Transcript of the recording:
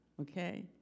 okay